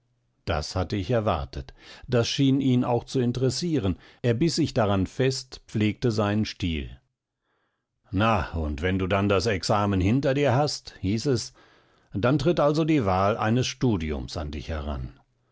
das hatte ich erwartet das schien ihn auch zu interessieren er biß sich daran fest pflegte seinen stil na und wenn du dann das examen hinter dir hast hieß es dann tritt also die wahl eines studiums an dich heran